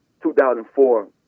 2004